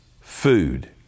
food